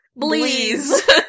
Please